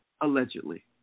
allegedly